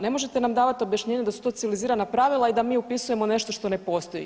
Ne možete nam davati objašnjenje da su to civilizirana pravila i da mi upisujemo nešto što ne postoji.